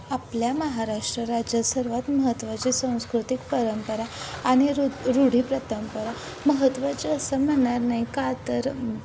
आपल्या महाराष्ट्र राज्यात सर्वात महत्त्वाचे सांस्कृतिक परंपरा आणि रु रूढी परंपरा महत्त्वाचे असं म्हणणार नाही का तर